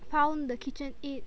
found the KitchenAid